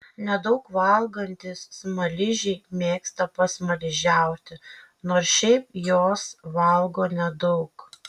nedaug valgantys smaližiai mėgsta pasmaližiauti nors šiaip jos valgo nedaug